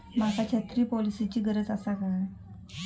माका छत्री पॉलिसिची गरज आसा काय?